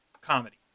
comedy